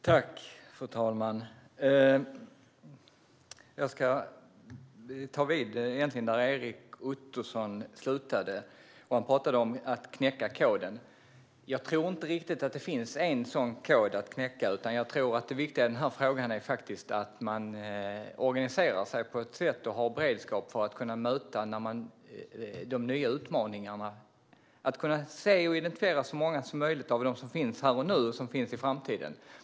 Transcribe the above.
Fru talman! Jag ska ta vid där Erik Ottoson slutade. Han talade om att knäcka koden. Jag tror inte riktigt att det finns en sådan kod att knäcka, utan jag tror att det viktiga i den här frågan faktiskt är att man organiserar sig och har beredskap för att kunna möta de nya utmaningarna och att kunna se och identifiera så många som möjligt av de utmaningar som finns här och nu och i framtiden.